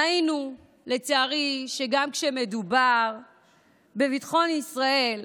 ראינו לצערי שגם כאשר מדובר בביטחון ישראל,